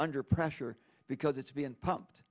under pressure because it's being pumped